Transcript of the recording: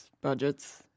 budgets